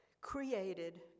created